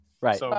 right